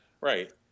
Right